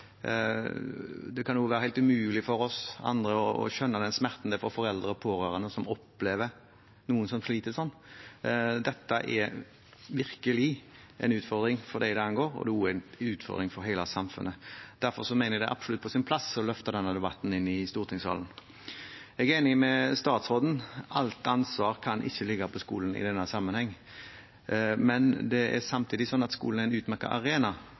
Det kan også være helt umulig for oss andre å skjønne hvor smertelig det er for foreldre og pårørende som opplever noen som sliter slik. Dette er virkelig en utfordring for dem det angår, og det er også en utfordring for hele samfunnet. Derfor mener jeg det absolutt er på sin plass å løfte denne debatten inn i stortingssalen. Jeg er enig med statsråden: Alt ansvar kan ikke ligge på skolen i denne sammenhengen. Men det er samtidig slik at skolen er en utmerket arena